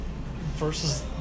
versus